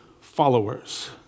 followers